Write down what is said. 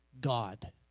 God